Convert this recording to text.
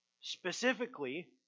specifically